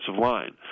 line